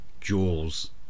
Jaws